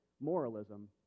moralism